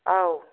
औ